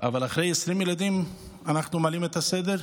אבל אחרי 20 ילדים אנחנו מעלים את זה לסדר?